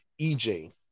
EJ